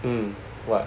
mm what